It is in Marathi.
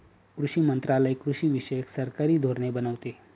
कृषी मंत्रालय कृषीविषयक सरकारी धोरणे बनवते